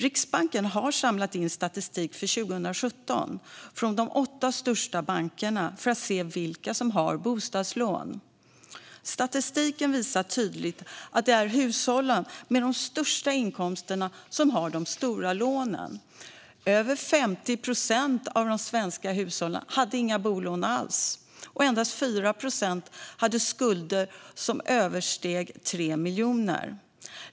Riksbanken har samlat in statistik för 2017 från de åtta största bankerna för att se vilka som har bostadslån. Statistiken visar tydligt att det är hushållen med de största inkomsterna som har de stora lånen. Över 50 procent av de svenska hushållen hade inga bolån alls, och endast 4 procent hade skulder som översteg 3 miljoner.